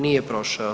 Nije prošao.